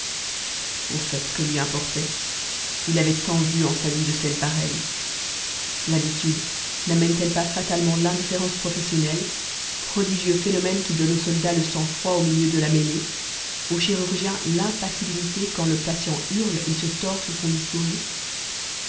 au fait que lui importait il avait tant vu en sa vie de scènes pareilles l'habitude namène t elle pas fatalement l'indifférence professionnelle prodigieux phénomène qui donne au soldat le sang-froid au milieu de la mêlée au chirurgien l'impassibilité quand le patient hurle et se tord sous son bistouri